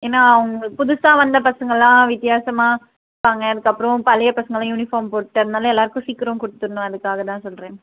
ஏன்னா அவங்க புதுசாக வந்த பசங்களாம் வித்தியாசமாக இருப்பாங்க அதுக்கப்புறோம் பழைய பசங்க யூனிஃபார்ம் போட்டு அதனால் எல்லாருக்கும் சீக்கிரோம் கொடுத்துறணும் அதுக்காக சொல்றேன்